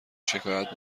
شکایت